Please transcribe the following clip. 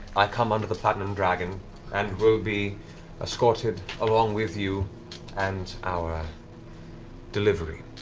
i come under the platinum dragon and will be escorted along with you and our delivery.